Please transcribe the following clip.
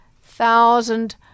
thousand